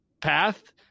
path